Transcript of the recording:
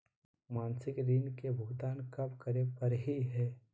मासिक ऋण के भुगतान कब करै परही हे?